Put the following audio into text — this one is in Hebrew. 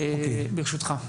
ברשותך.